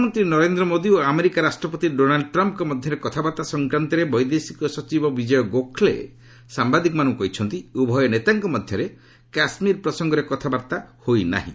ପ୍ରଧାନମନ୍ତ୍ରୀ ନରେନ୍ଦ୍ର ମୋଦି ଓ ଆମେରିକା ରାଷ୍ଟ୍ରପତି ଡୋନାଲ୍ଚ ଟ୍ରମ୍ପଙ୍କ ମଧ୍ୟରେ କଥାବାର୍ତ୍ତା ସଂକ୍ରାନ୍ତରେ ବୈଦେଶିକ ସଚିବ ବିଜୟ ଗୋଖଲେ ସାମ୍ଭାଦିକମାନଙ୍କୁ କହିଛନ୍ତି ଉଭୟ ନେତାଙ୍କ ମଧ୍ୟରେ କାଶ୍ମୀର ପ୍ରସଙ୍ଗରେ କଥାବାର୍ତ୍ତା ହୋଇନାହିଁ